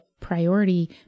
priority